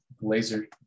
laser